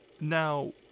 Now